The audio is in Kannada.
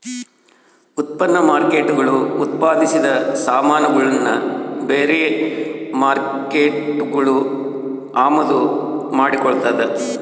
ಉತ್ಪನ್ನ ಮಾರ್ಕೇಟ್ಗುಳು ಉತ್ಪಾದಿಸಿದ ಸಾಮಾನುಗುಳ್ನ ಬೇರೆ ಮಾರ್ಕೇಟ್ಗುಳು ಅಮಾದು ಮಾಡಿಕೊಳ್ತದ